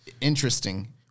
Interesting